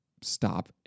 stop